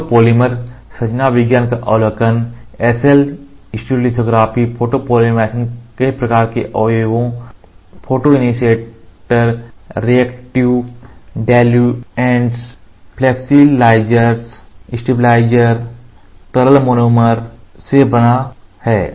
photo polymer रसायन विज्ञान का अवलोकन SL स्टीरियोलिथोग्राफी फोटोपॉलीमर कई प्रकार के अवयवों photo initiator reactive diluents flexibilizer stabilizer तरल मोनोमर से बना है